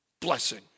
blessing